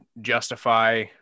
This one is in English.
justify